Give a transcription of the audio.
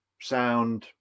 sound